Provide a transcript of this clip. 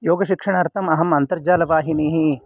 योगशिक्षणार्थम् अहम् अन्तर्जालवाहिनीः